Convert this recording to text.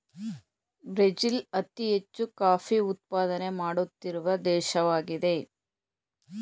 Brazil ಅತಿ ಹೆಚ್ಚು coffee ಉತ್ಪಾದನೆ ಮಾಡುತ್ತಿರುವ ದೇಶವಾಗಿದೆ